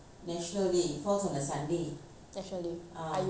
national day are you working or